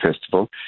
Festival